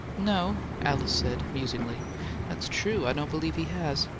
no, alice said, musingly that's true i don't believe he has.